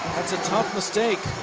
that's a tough mistake.